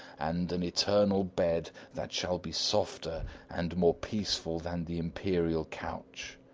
and an eternal bed that shall be softer and more peaceful than the imperial couch.